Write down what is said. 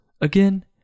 Again